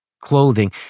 clothing